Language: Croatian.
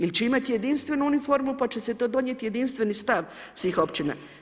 Ili će imati jedinstvenu uniformu pa će se to donijeti jedinstveni stav svih općina?